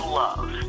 love